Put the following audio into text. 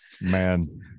Man